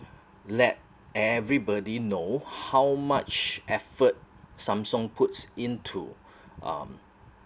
let everybody know how much effort Samsung puts into um